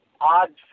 odd